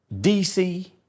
DC